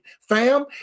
fam